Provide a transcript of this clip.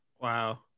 Wow